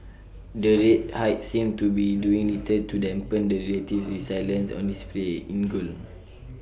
the rate hikes seem to be doing little to dampen the relative resilience on display in gold